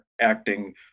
acting